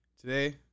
Today